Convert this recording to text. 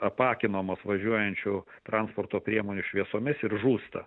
apakinamos važiuojančių transporto priemonių šviesomis ir žūsta